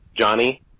johnny